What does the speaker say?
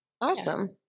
Awesome